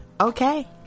Okay